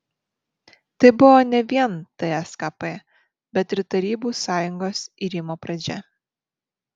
tai buvo ne vien tskp bet ir tarybų sąjungos irimo pradžia